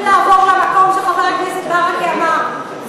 לעבור למקום שחבר הכנסת ברכה אמר,